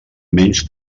menys